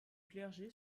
clergé